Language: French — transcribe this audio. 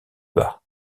bas